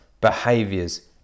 behaviors